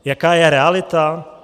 Jaká je realita?